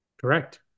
Correct